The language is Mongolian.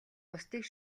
бусдыг